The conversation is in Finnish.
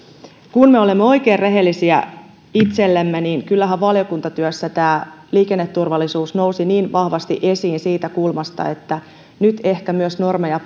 kun me olemme oikein rehellisiä itsellemme niin kyllähän valiokuntatyössä tämä liikenneturvallisuus nousi vahvasti esiin siitä kulmasta että nyt ehkä myös normeja